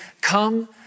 Come